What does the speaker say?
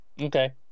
Okay